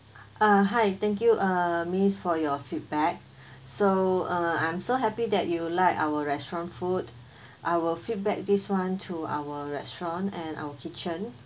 ah hi thank you uh miss for your feedback so uh I'm so happy that you like our restaurant food I will feedback this one to our restaurant and our kitchen